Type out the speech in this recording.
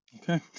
Okay